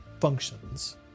functions